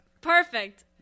Perfect